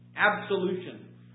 Absolution